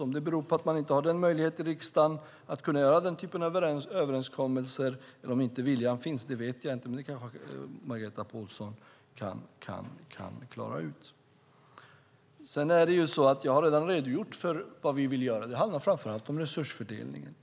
Om det beror på att man i riksdagen inte har någon möjlighet att göra den typen av överenskommelser eller om inte viljan finns vet jag inte, men det kanske Margareta Pålsson kan klara ut. Jag har redan redogjort för vad vi vill göra. Det handlar framför allt om resursfördelningen.